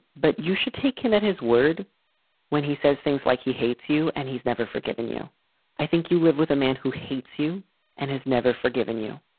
but you should take him at his word when he says things like he hates you and he's never forgiven you i think you live with a man who hates you and has never forgiven you.